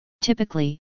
Typically